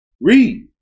Read